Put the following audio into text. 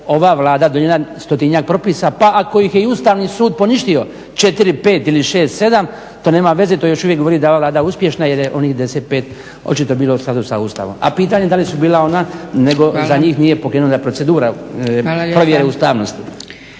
ova Vlada donijela stotinjak propisa pa ako ih je i Ustavni sud poništio 4, 5 ili 6, 7 to nema veze to još uvijek govori da je ova Vlada uspješna jer je onih 95 očito bilo u skladu sa Ustavom, a pitanje da li su bila ona nego za njih nije pokrenuta procedura provjere ustavnosti.